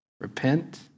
Repent